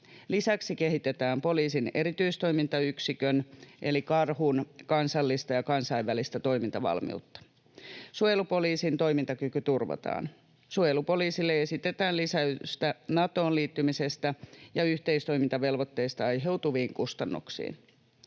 Lisäksi kehitetään poliisin erityistoimintayksikön eli Karhun kansallista ja kansainvälistä toimintavalmiutta. Suojelupoliisin toimintakyky turvataan. Suojelupoliisille esitetään lisäystä Natoon liittymisestä ja yhteistoimintavelvoitteista aiheutuviin kustannuksiin.